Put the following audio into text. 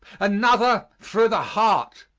another through the heart.